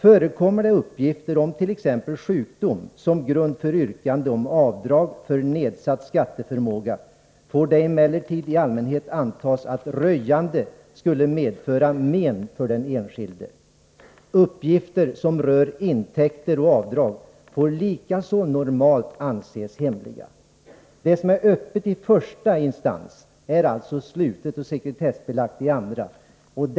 ”Förekommer det uppgifter om t.ex. sjukdom som grund för yrkande om avdrag för nedsatt skatteförmåga, får det emellertid i allmänhet antas att röjande skulle medföra men för den enskilde. Uppgifter som rör intäkter och avdrag får likaså normalt anses hemliga.” Det som är öppet i första instans är således sekretessbelagt i andra instans.